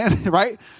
Right